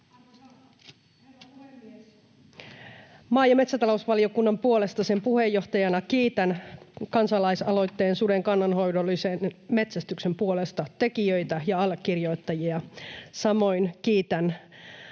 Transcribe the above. Maa- ja metsätalousvaliokunnan puolesta sen puheenjohtajana kiitän kansalaisaloitteen suden kannanhoidollisen metsästyksen puolesta tekijöitä ja allekirjoittajia. Samoin kiitän